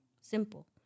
Simple